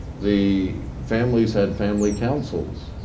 the families had family councils.